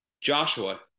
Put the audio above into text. Joshua